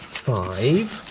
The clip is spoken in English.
five,